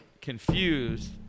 confused